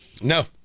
No